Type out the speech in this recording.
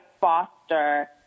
foster